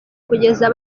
kugeza